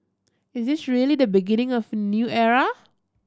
is this really the beginning of a new era